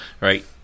Right